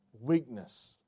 weakness